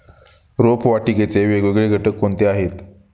रोपवाटिकेचे वेगवेगळे घटक कोणते आहेत?